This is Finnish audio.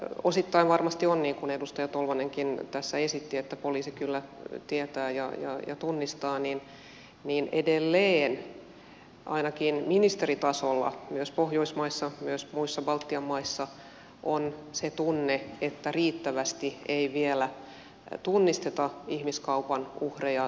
vaikka osittain varmasti on niin kuin edustaja tolvanenkin tässä esitti että poliisi kyllä tietää ja tunnistaa niin edelleen ainakin ministeritasolla myös pohjoismaissa myös muissa baltian maissa on se tunne että riittävästi ei vielä tunnisteta ihmiskaupan uhreja